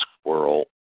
squirrel